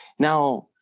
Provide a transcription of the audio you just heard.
now,